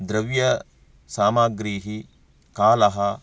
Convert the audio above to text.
द्रव्यसामग्रीः कालः